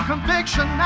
Conviction